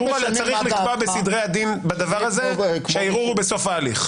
שצריך לקבוע בסדרי הדין בדבר הזה שהערעור הוא בסוף ההליך.